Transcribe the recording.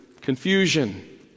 confusion